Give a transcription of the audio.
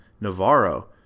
Navarro